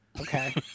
okay